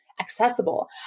accessible